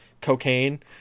cocaine